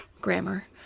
grammar